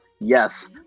Yes